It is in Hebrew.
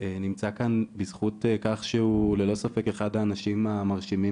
נמצא כאן בסכות שהוא ללא ספק אחד האנשים המרשימים